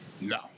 No